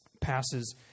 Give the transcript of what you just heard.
passes